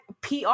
PR